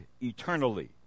eternally